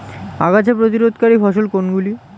আগাছা প্রতিরোধকারী ফসল কোনগুলি?